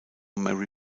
mary